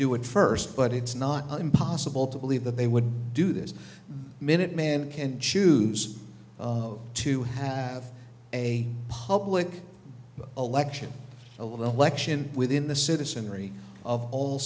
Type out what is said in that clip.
do it first but it's not impossible to believe that they would do this minuteman can choose to have a public election over the election within the citizenry of all